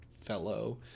fellow